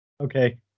Okay